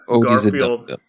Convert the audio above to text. Garfield